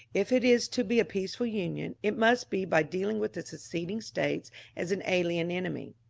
if it is to be a peaceful union it must be by dealing with the seceding states as an alien enemy.